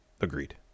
Agreed